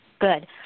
Good